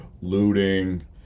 looting